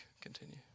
continue